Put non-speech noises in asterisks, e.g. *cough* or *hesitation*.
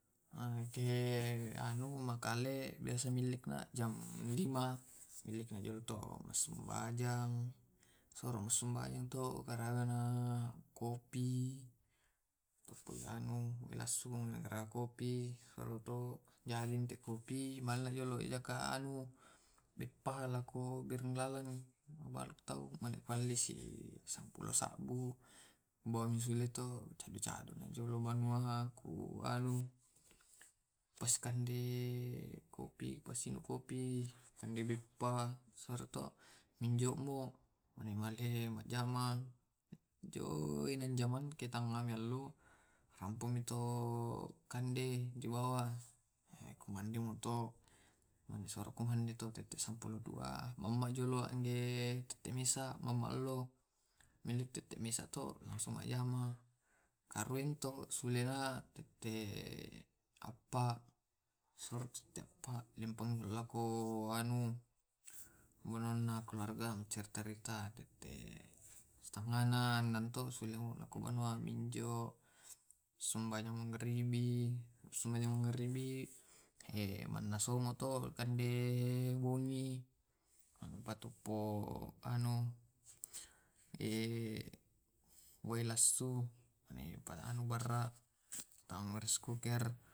Biasana te maumani iya te kalolo biasa tu begadangki bongi, biasa tette samulo pa namatama, biasa sulamangajari mamma kebongi. ` biasa engka jamanna biasa komamma si. *hesitation* biasa karua janna mammai biasa ta kotako ki to biasa karuang mami majjama iyatoke biasa anu to oh mande sibulu majjama diamamma. *hesitation* Biasa tongki sule majjama to manjio manjio mande manjio manjio raka kamarana mane mamma, iyake makale mi to mellek mi, tu manjio sarapan, manjio majjama, e tolekki bene marenu tua mamma na siduduka makale elle menjio biasa duka ke ke baine biasa to ka mamma managllei tallu jang. Na kembongi biasa karua janna na ekke anu to *hesitation* lamamma biasa *unintelligible*